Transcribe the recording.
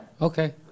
Okay